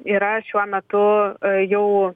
yra šiuo metu jau